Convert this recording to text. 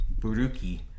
Buruki